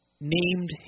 named